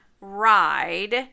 ride